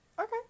Okay